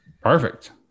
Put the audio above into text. Perfect